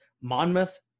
Monmouth